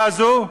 החקיקה הזאת,